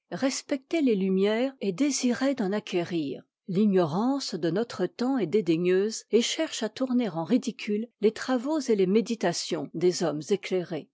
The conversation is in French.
respectait les lumières et désirait d'en acquérir l'ignorance de notre temps est dédaigneuse et cherche à tourner en ridicule les travaux et les méditations des hommes éclairés